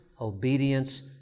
obedience